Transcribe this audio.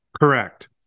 Correct